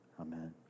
Amen